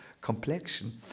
complexion